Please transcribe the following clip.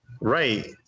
Right